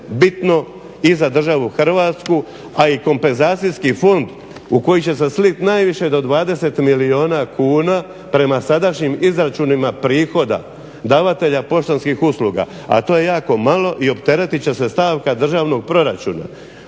bitno i za državu Hrvatsku a i kompenzacijski fond u koji će se slit najviše do 20 milijuna kuna prema sadašnjim izračunima prihoda davatelja poštanskih usluga, a to je jako malo i opteretit će se stavka državnog proračuna